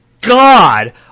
God